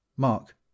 Mark